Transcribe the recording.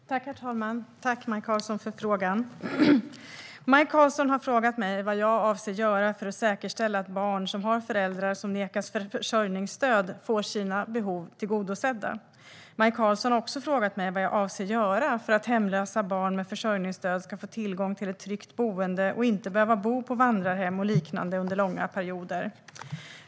Svar på interpellationer Herr talman! Tack, Maj Karlsson, för interpellationen! Maj Karlsson har frågat mig vad jag avser att göra för att säkerställa att barn som har föräldrar som nekas försörjningsstöd får sina behov tillgodosedda. Maj Karlsson har också frågat mig vad jag avser att göra för att hemlösa barn med försörjningsstöd ska få tillgång till ett tryggt boende och inte behöva bo på vandrarhem och liknande under långa perioder.